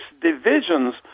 divisions